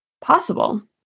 possible